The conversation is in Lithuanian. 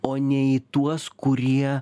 o ne į tuos kurie